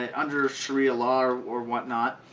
and under sharia lara or what not